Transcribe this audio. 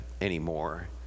anymore